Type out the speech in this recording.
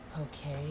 Okay